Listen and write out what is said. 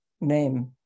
name